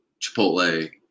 Chipotle